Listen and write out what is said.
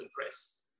address